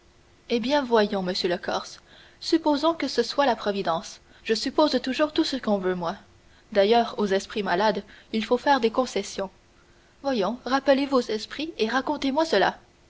eh bien voyons monsieur le corse supposons que ce soit la providence je suppose toujours tout ce qu'on veut moi d'ailleurs aux esprits malades il faut faire des concessions voyons rappelez vos esprits et racontez-moi cela